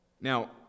Now